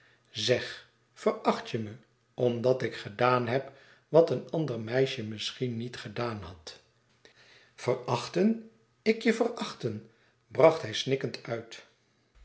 zeg veracht je me omdat ik gedaan heb wat een ander meisje misschien niet gedaan had verachten ik je verachten bracht hij snikkend uit